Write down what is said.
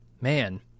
man